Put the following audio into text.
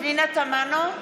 פנינה תמנו,